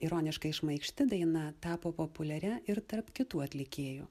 ironiškai šmaikšti daina tapo populiaria ir tarp kitų atlikėjų